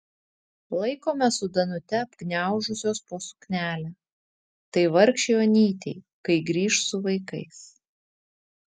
laikome su danute apgniaužusios po suknelę tai vargšei onytei kai grįš su vaikais